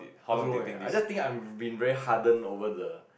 I don't know leh I just think I've been very harden over the